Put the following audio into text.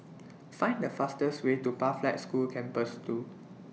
Find The fastest Way to Pathlight School Campus two